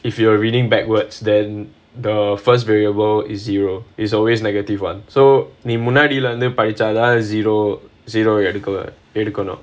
if you are reading backwards then the first variable is zero is always negative one so நீ முன்னாடில இருந்து படிச்சா தான்:nee munnaadila irunthu padichaa thaan zero zero எடுக்க எடுக்கணும்:eduka edukanum